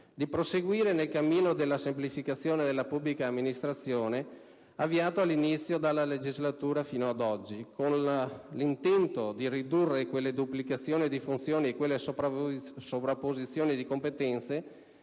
di proseguire nel cammino di semplificazione della pubblica amministrazione avviato dall' inizio della legislatura ad oggi, con l'intento di ridurre quelle duplicazioni di funzioni e quelle sovrapposizioni di competenze